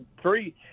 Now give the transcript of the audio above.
three